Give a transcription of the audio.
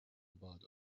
about